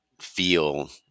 feel